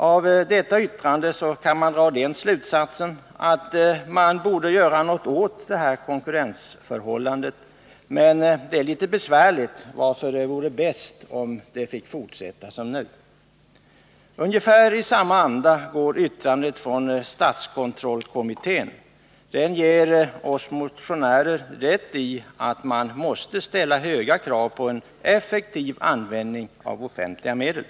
Av detta yttrande kan man dra den slutsatsen att man borde göra något åt konkurrensförhållandet men att det är litet besvärligt, varför det vore bäst om det fick fortsätta som nu. Ungefär i samma anda går yttrandet från statskontrollkommittén. Den ger oss motionärer rätt i att man måste ställa höga krav på en effektiv användning av offentliga medel.